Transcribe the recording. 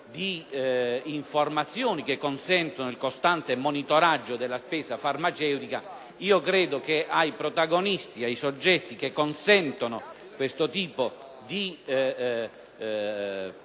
di informazioni che consentono il costante monitoraggio della spesa farmaceutica, credo che i soggetti che consentono questo tipo di